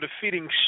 defeating